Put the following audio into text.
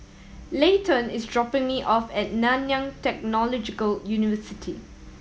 Layton is dropping me off at Nanyang Technological University